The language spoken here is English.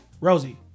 Rosie